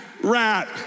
rat